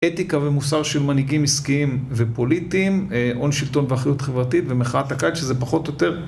אתיקה ומוסר של מנהיגים עסקיים ופוליטיים, הון שלטון ואחריות חברתית ומחאת הקיץ שזה פחות או יותר.